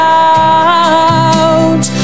out